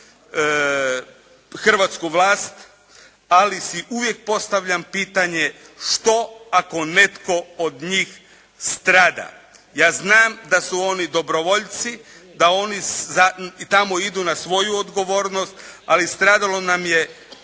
hrvatsku vlast, ali si uvijek postavljam pitanje što ako netko od njih strada. Ja znam da su oni dobrovoljci, da oni tamo idu na svoju odgovornost. Ali stradalo nam je